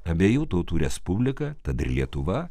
abiejų tautų respublika tad ir lietuva